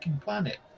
planet